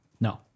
No